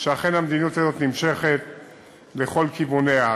שאכן המדיניות הזאת נמשכת לכל כיווניה.